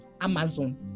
amazon